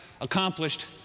accomplished